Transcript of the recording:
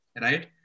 right